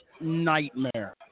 nightmare